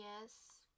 Yes